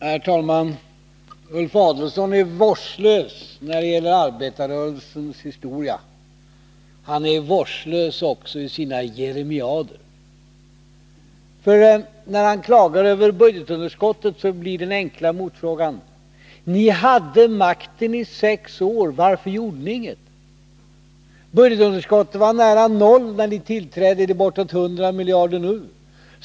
Herr talman! Ulf Adelsohn är vårdslös när det gäller arbetarrörelsens historia. Han är vårdslös också i sina jeremiader. När han klagar över budgetunderskottet, blir den enkla motfrågan: Ni hade makten i sex år, varför gjorde ni inget? Budgetunderskottet var nära noll när ni tillträdde — det är bortåt 100 miljarder nu.